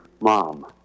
mom